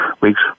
Weeks